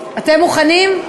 אתם מוכנים?